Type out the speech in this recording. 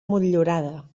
motllurada